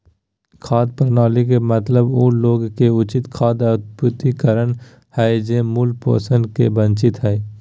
खाद्य प्रणाली के मतलब उ लोग के उचित खाद्य आपूर्ति करना हइ जे मूल पोषण से वंचित हइ